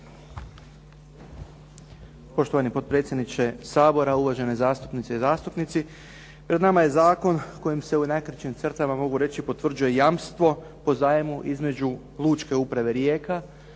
Poštovani potpredsjedniče Sabora, uvažene zastupnice i zastupnici. Pred nama je zakon kojim se u najkraćim crtama mogu reći potvrđuje jamstvo po zajmu između Lučke uprave Rijeka